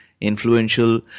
influential